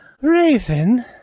Raven